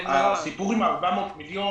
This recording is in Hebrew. הסיפור עם ה-400 מיליון,